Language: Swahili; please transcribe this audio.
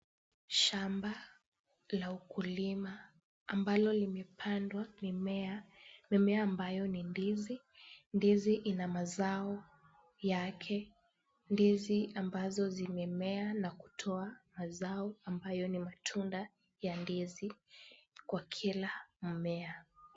Shamba la ukulima ambalo limepandwa mimea, mimea ambayo ni ndizi. Ndizi ina mazao yake. Ndizi ambazo zimemea na kutoa mazao ambayo ni matunda ya ndizi kwa kila mmea.